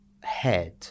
head